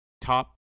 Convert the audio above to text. top